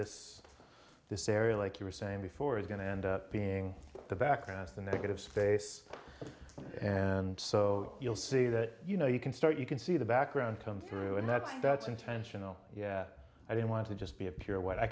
this this area like you were saying before is going to end up being the back end of the negative space and so you'll see that you know you can start you can see the background come through and that's that's intentional i don't want to just be a pure white i